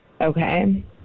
Okay